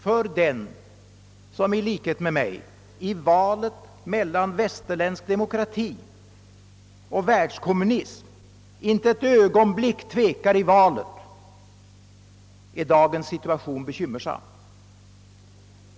För den som — i likhet med mig — inte ett ögonblick tvekar i valet mellan västerländsk demokrati och världskommunism är dagens situation bekymmersam.